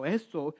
esto